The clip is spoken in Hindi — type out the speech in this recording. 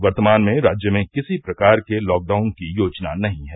वर्तमान में राज्य में किसी प्रकार के लॉकडाउन की योजना नहीं है